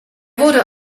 wurde